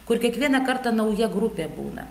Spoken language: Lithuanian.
kur kiekvieną kartą nauja grupė būna